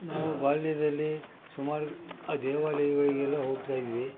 ನಾನು ಬಾಲ್ಯದಲ್ಲಿ ಸುಮಾರು ದೇವಾಲಯಗಳಿಗೆಲ್ಲ ಹೋಗ್ತಾಯಿದ್ವಿ